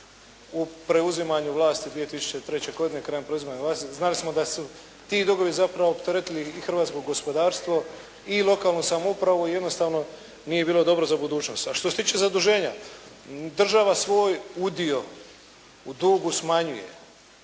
u preuzimanju vlasti 2003. godine krajem preuzimanja vlasti znali smo da su ti dugovi zapravo opteretili i hrvatsko gospodarstvo i lokalnu samoupravu, i jednostavno nije bilo dobro za budućnost. A što se tiče zaduženja država svoj udio u dugu smanjuje.